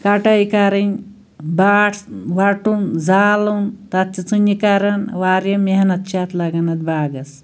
کَٹٲے کَرٕنۍ باغ وَٹُن زالُن تَتھ چھِ ژٕنہِ کران واریاہ محنت چھِ اَتھ لگان اَتھ باغَس